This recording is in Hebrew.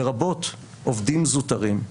לרבות עובדים זוטרים.